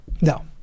No